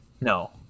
No